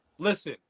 Listen